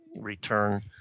return